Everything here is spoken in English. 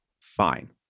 fine